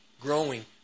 growing